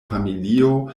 familio